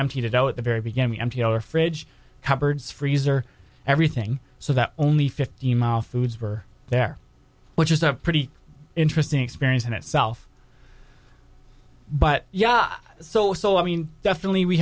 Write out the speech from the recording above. emptied it all at the very beginning m p l or fridge cupboards freezer everything so that only fifty mile foods were there which is a pretty interesting experience in itself but yeah so so i mean definitely we